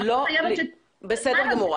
בסדר גמור.